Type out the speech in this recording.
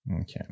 okay